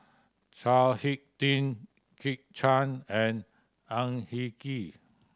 Chao Hick Tin Kit Chan and Ang Hin Kee